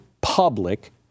public